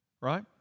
right